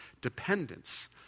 dependence